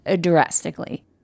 drastically